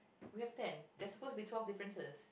we have ten there's supposed to be twelve differences